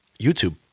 YouTube